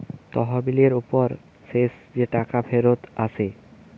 তহবিলের উপর শেষ যে টাকা ফিরত আসে